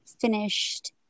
finished